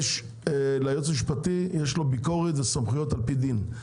יש ליועץ משפטי ביקורת וסמכויות על פי דין,